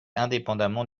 indépendement